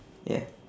ya